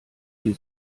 die